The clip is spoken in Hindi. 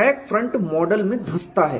क्रैक फ्रंट मॉडल में धंसता है